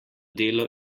delo